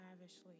lavishly